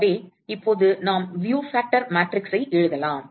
எனவே இப்போது நாம் வியூ ஃபேக்டர் மேட்ரிக்ஸை எழுதலாம்